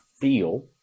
feel